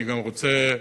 אני גם רוצה להחמיא,